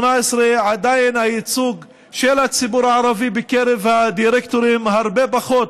עדיין ב-2018 הייצוג של הציבור הערבי בקרב הדירקטורים הוא הרבה פחות